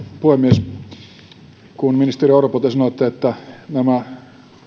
puhemies ministeri orpo kun te sanoitte että nämä